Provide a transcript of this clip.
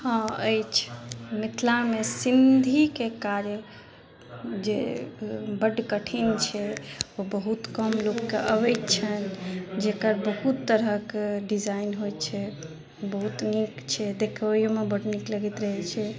हँ अछि मिथिलामे सिंधीके कार्य जे बड कठिन छै ओ बहुत कम लोक के अबैत छनि जेकर बहुत तरहक डिजाइन होइ छै बहुत नीक छै देखबैयोमे बड नीक लगैत रहै छै